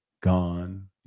gone